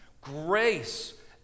grace